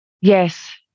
yes